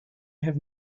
have